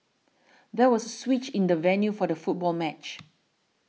there was a switch in the venue for the football match